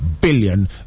billion